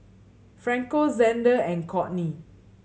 Franco Zander and Courtney